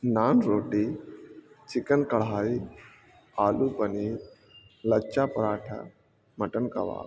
نان روٹی چکن کڑھائی آلو پنیر لچا پراٹھا مٹن کباب